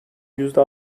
yüzde